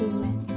Amen